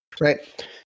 right